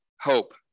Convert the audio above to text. hope